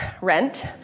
Rent